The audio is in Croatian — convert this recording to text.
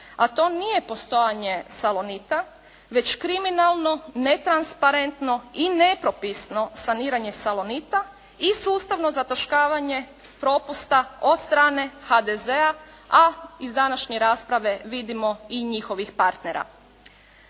a to nije postojanje "Salonita" već kriminalno, netransparentno i nepropisno saniranje "Salonita" i sustavno zataškavanje propusta od strane HDZ-a, a iz današnje rasprave vidimo i njihovih partnera.